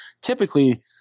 typically